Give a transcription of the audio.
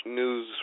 news